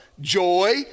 joy